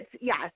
yes